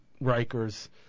Riker's